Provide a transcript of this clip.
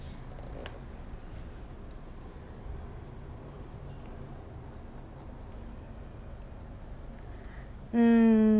um